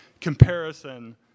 comparison